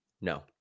No